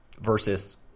versus